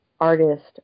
artist